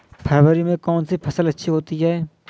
फरवरी में कौन सी फ़सल अच्छी होती है?